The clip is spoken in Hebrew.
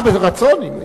ברצון.